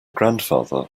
grandfather